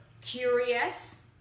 curious